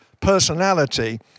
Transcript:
personality